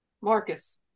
Marcus